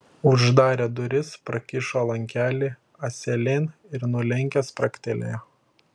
uždarė duris prakišo lankelį ąselėn ir nulenkęs spragtelėjo